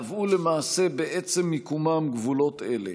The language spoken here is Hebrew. קבעו למעשה בעצם מיקומם גבולות אלה.